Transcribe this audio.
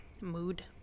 Mood